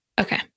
Okay